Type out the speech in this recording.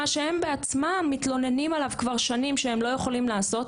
מה שהם בעצמם מתלוננים עליו כבר שנים שהם לא יכולים לעשות,